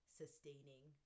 sustaining